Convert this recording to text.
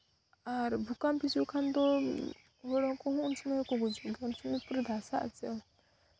ᱟᱨ ᱵᱷᱩᱠᱟᱢ ᱦᱤᱡᱩᱜ ᱠᱷᱟᱱ ᱫᱚ ᱦᱚᱲ ᱦᱚᱸᱠᱚ ᱩᱱ ᱥᱚᱢᱚᱭ ᱦᱚᱸᱠᱚ ᱜᱩᱡᱩᱜ ᱜᱮᱭᱟ ᱩᱱ ᱥᱚᱢᱚᱭ ᱫᱚ ᱯᱩᱨᱟᱹ ᱫᱷᱟᱥᱟᱜ ᱟᱥᱮ